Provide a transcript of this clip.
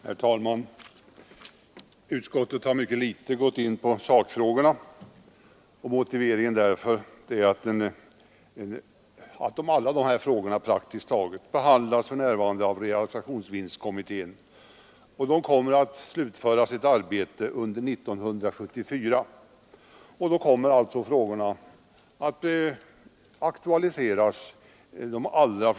Herr talman! Utskottet har mycket litet gått in på sakfrågorna. Motiveringen härtill är att praktiskt taget alla dessa frågor för närvarande behandlas av realisationsvinstkommittén, som skall slutföra sitt arbete under 1974. Då kommer alltså de allra flesta frågorna att aktualiseras.